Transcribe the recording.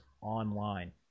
online